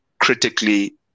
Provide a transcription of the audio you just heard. critically